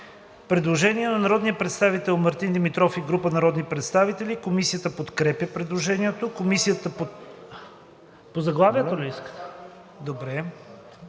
предложение на народния представител Мартин Димитров и група народни представители. Комисията подкрепя предложението.